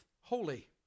holy